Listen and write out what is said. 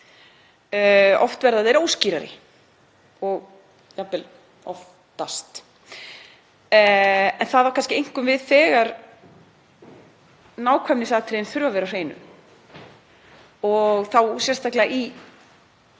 oft verða þeir óskýrari og jafnvel oftast. En það á kannski einkum við þegar nákvæmnisatriði þurfa að vera á hreinu og þá sérstaklega í